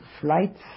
flights